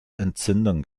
entzündung